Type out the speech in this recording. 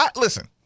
Listen